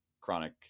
chronic